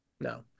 No